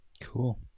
Cool